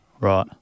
Right